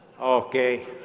Okay